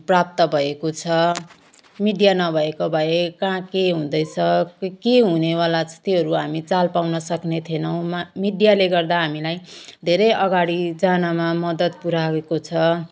प्राप्त भएको छ मिडिया नभएको भए कहाँ के हुँदैछ के हुनेवाला छ त्योहरू हामी चाल पाउनसक्ने थिएनौँ मा मिडियाले गर्दा हामीलाई धेरै अगाडि जानमा मद्दत पुऱ्याएको छ